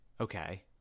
Okay